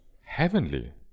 heavenly